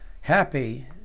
Happy